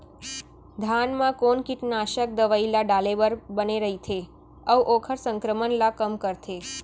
धान म कोन कीटनाशक दवई ल डाले बर बने रइथे, अऊ ओखर संक्रमण ल कम करथें?